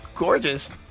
Gorgeous